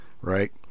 right